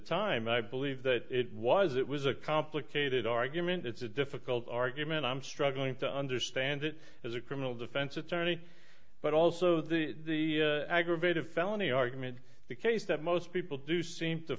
time i believe that it was it was a complicated argument it's a difficult argument i'm struggling to understand it as a criminal defense attorney but also the aggravated felony argument the case that most people do seem to